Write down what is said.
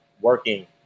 working